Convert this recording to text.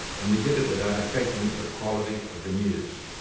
and we did it without affecting the quality of the news.